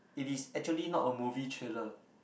it is actually not a movie trailer